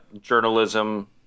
journalism